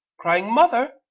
crying mother,